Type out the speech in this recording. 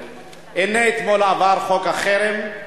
הנה אתמול עבר חוק החרם,